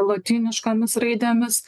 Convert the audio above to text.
lotyniškomis raidėmis